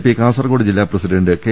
P Kasaragod ജില്ലാ president K